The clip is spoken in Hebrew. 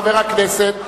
חבר הכנסת,